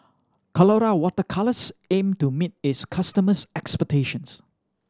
Colora Water Colours aim to meet its customers' expectations